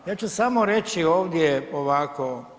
Ja ću samo reći ovdje ovako.